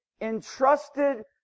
entrusted